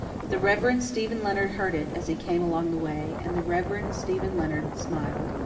the reverend stephen leonard heard it, as he came along the way, and the reverend stephen leonard smiled.